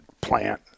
plant